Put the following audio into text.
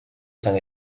san